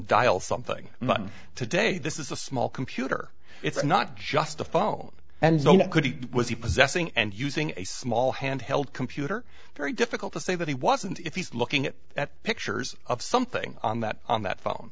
dial something today this is a small computer it's not just a phone and so now could it was he possessing and using a small handheld computer very difficult to say that he wasn't if he's looking at pictures of something on that on that phone